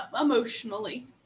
emotionally